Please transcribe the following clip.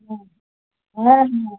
হ্যাঁ হ্যাঁ হ্যাঁ